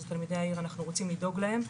זה תלמידי העיר ואנחנו רוצים לדאוג להם.